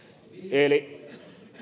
eli